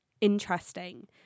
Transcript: interesting